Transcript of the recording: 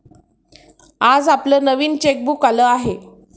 आज आपलं नवीन चेकबुक आलं आहे